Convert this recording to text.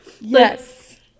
Yes